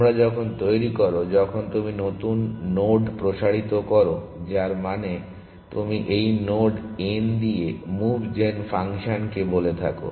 তোমরা যখন তৈরী করো যখন তুমি নতুন নোড প্রসারিত করো যার মানে তুমি এই নোড n দিয়ে মুভ জেন ফাংশনকে বলে থাকো